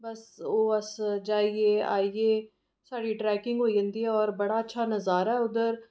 बस ओह् अस जाइयै आइयै साढ़ी ट्रैकिंग होई जंदी ऐ होर बड़ा अच्छा नज़ारा ऐ उद्धर